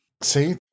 See